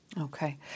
Okay